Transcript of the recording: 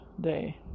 day